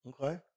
Okay